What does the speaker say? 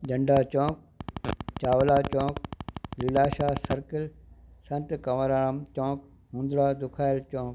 Jhanda Chowk Chawla Chowk Dilasha circle Sant Kanwarram Chowk Mundra Dukhayal Chowk